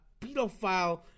pedophile